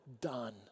done